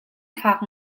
fak